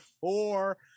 four